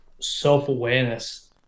self-awareness